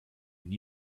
and